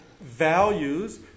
values